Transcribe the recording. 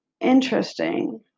Interesting